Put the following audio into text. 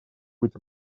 быть